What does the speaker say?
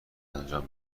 انجام